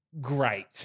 Great